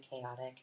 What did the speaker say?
chaotic